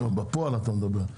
אתה מדבר בפועל.